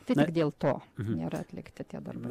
tik dėl to nėra atlikti tie darbai